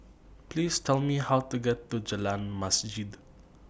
Please Tell Me How to get to Jalan Masjid